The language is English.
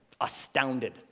Astounded